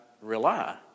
rely